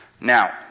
Now